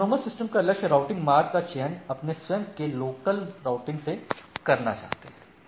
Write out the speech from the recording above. autonomous system का लक्ष्य routing मार्ग का चयन अपने स्वयं के लोकल राउटिंग से करना चाहते हैं